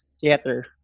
Theater